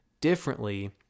differently